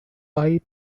white